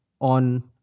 on